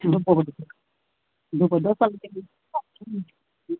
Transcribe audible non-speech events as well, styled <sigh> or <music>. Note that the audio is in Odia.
ମୁଁ ତ ପଢ଼ୁଛି ସବୁ <unintelligible> କହିଦେବ କାଲିକୁ ନେବି ହୁଁ ହୁଁ